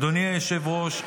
אדוני היושב-ראש,